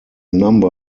number